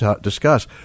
discuss